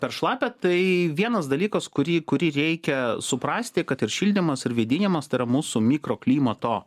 per šlapia tai vienas dalykas kurį kurį reikia suprasti kad ir šildymas ir vėdinimas tai yra mūsų mikroklimato